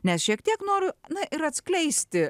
nes šiek tiek noriu na ir atskleisti